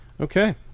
Okay